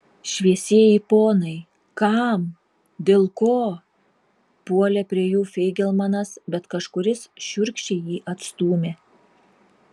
šviesieji ponai kam dėl ko puolė prie jų feigelmanas bet kažkuris šiurkščiai jį atstūmė